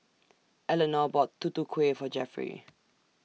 Elenor bought Tutu Kueh For Jeffery